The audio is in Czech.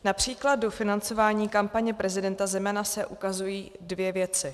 Například do financování kampaně prezidenta Zemana se ukazují dvě věci.